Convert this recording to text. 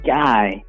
guy